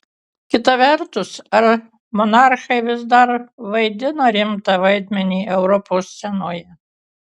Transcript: kita vertus ar monarchai vis dar vaidina rimtą vaidmenį europos scenoje